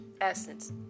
essence